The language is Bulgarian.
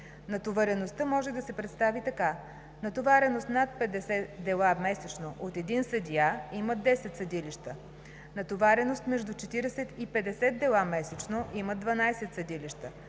Натовареността може да се представи така: натовареност над 50 дела месечно от един съдия имат 10 съдилища, натовареност между 40 и 50 дела месечно имат 12 съдилища,